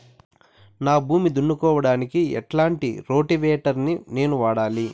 నా భూమి దున్నుకోవడానికి ఎట్లాంటి రోటివేటర్ ని నేను వాడాలి?